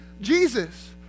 Jesus